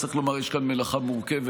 צריך לומר, יש כאן מלאכה מורכבת.